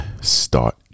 start